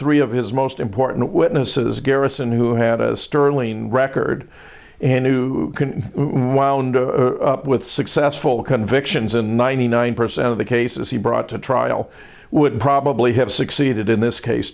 three of his most important witnesses garrison who had a sterling record and knew can while and with successful convictions and ninety nine percent of the cases he brought to trial would probably have succeeded in this case